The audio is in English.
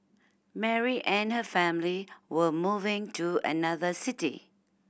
Mary and her family were moving to another city